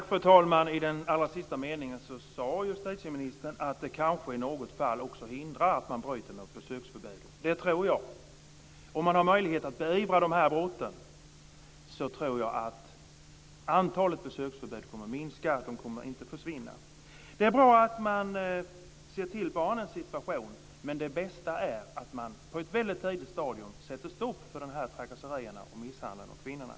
Fru talman! I den allra sista meningen sade justitieministern att det här kanske i något fall hindrar att man bryter mot besöksförbudet. Det tror jag. Om man har möjlighet att beivra de här brotten tror jag att antalet brott mot besöksförbud kommer att minska. De kommer inte att försvinna. Det är bra att man ser till barnens situation, men det bästa är att man på ett väldigt tidigt stadium sätter stopp för trakasserierna och misshandeln av kvinnorna.